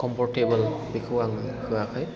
comfortable बेखौ आंनो होआखै